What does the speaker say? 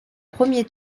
premier